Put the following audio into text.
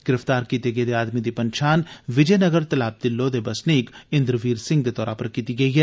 गिरफ्तार कीते गेदे आदमी दी पंछान विजय नगर तलाव तिल्लो दे वसनीक इंद्रवीर सिंह दे तौरा पर कीती गेई ऐ